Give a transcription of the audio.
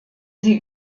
sie